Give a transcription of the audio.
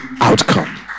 outcome